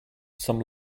some